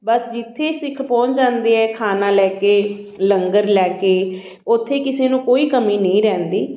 ਬਸ ਜਿੱਥੇ ਸਿੱਖ ਪਹੁੰਚ ਜਾਂਦੇ ਹੈ ਖਾਣਾ ਲੈ ਕੇ ਲੰਗਰ ਲੈ ਕੇ ਉੱਥੇ ਕਿਸੇ ਨੂੰ ਕੋਈ ਕਮੀ ਨਹੀਂ ਰਹਿੰਦੀ